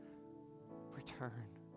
return